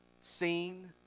seen